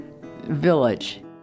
village